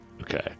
okay